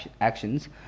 actions